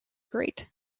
great